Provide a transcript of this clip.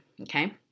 okay